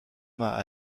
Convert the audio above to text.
mâts